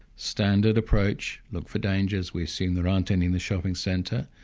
standard approach, look for dangers, we're seeing there aren't any in the shopping centre,